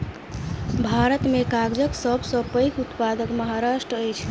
भारत में कागजक सब सॅ पैघ उत्पादक महाराष्ट्र अछि